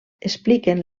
expliquen